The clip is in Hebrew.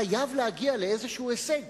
חייב להגיע לאיזה הישג,